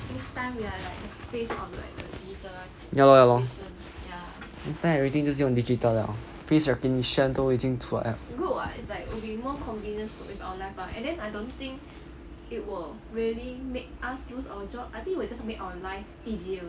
ya lor ya lor next time everything 都是用 digital 了 face recognition 都已经出来了